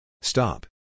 Stop